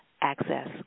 access